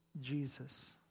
Jesus